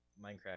Minecraft